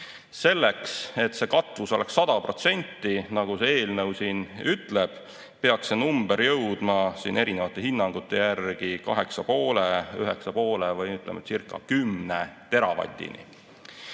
Selleks, et see katvus oleks 100%, nagu see eelnõu siin ütleb, peaks see number jõudma erinevate hinnangute järgi 8,5, 9,5, või ütleme, circa10 teravatini.